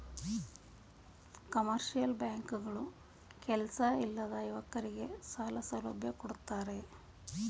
commercial bank ಗಳು ಕೆಲ್ಸ ಇಲ್ಲದ ಯುವಕರಗೆ ಸಾಲ ಸೌಲಭ್ಯ ಕೊಡ್ತಾರೆ